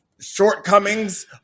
shortcomings